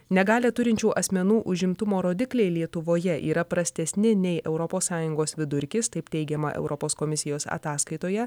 negalią turinčių asmenų užimtumo rodikliai lietuvoje yra prastesni nei europos sąjungos vidurkis taip teigiama europos komisijos ataskaitoje